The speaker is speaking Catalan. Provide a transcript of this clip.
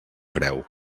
preu